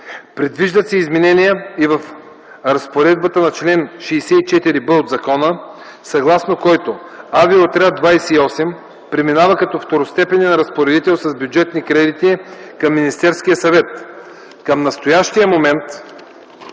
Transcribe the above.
Предвиждат се изменения и в разпоредбата на чл. 64б от закона, съгласно които Авиоотряд 28 преминава като второстепенен разпоредител с бюджетни кредити към Министерския съвет. Към настоящия момент